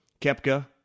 Kepka